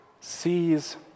sees